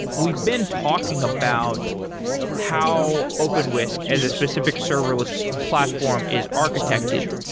we've been talking about how openwhisk as a specific serverless platform is architected.